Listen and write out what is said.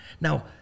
Now